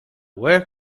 where